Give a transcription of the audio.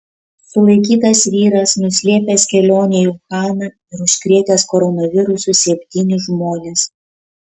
sulaikytas vyras nuslėpęs kelionę į uhaną ir užkrėtęs koronavirusu septynis žmones